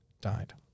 died